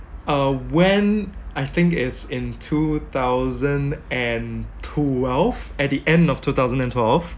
uh when I think it's in two thousand and twelve at the end of two thousand and twelve